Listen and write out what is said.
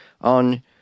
on